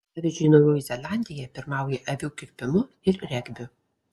pavyzdžiui naujoji zelandija pirmauja avių kirpimu ir regbiu